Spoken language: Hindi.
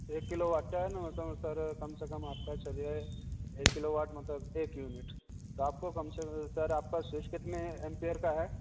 एक किलो वॉट का है ना मैं समझता हूँ सर कम से कम आपका चलिए एक किलो वॉट मतलब एक यूनिट तो आपको कम से कम सर आपका स्विच कितने एम्पियर का है